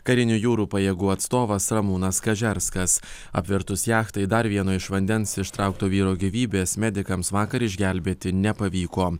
karinių jūrų pajėgų atstovas ramūnas kažerskas apvirtus jachtai dar vieno iš vandens ištraukto vyro gyvybės medikams vakar išgelbėti nepavyko